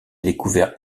découvert